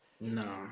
No